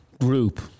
group